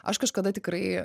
aš kažkada tikrai